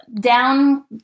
down